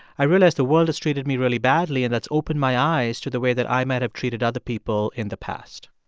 i realize the world has treated me really badly, and that's opened my eyes to the way that i might have treated other people in the past?